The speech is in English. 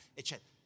eccetera